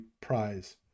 prize